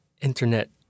Internet